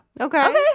Okay